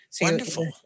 Wonderful